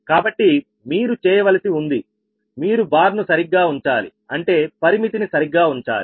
కాబట్టి మీరు చేయవలసి ఉంది మీరు బార్ను సరిగ్గా ఉంచాలి అంటే పరిమితిని సరిగ్గా ఉంచాలి